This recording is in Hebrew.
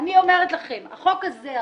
אני אומרת לכם, החוק הזה אדוני,